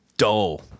Dull